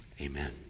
Amen